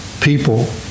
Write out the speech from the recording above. people